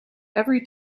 every